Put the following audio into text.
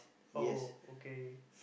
oh okay